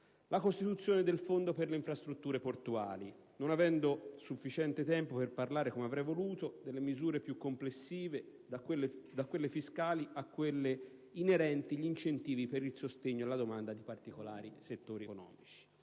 la costituzione del Fondo per le infrastrutture portuali, non avendo sufficiente tempo per parlare, come avrei voluto, delle misure più complessive, da quelle fiscali a quelle inerenti agli incentivi per il sostegno alla domanda di particolari settori economici.